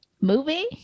Movie